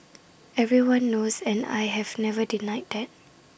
everyone knows and I have never denied that